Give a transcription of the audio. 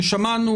כי שמענו,